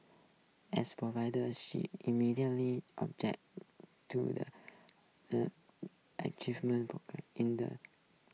as provide she immediately object to the a achievement in the